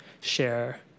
share